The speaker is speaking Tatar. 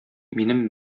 минем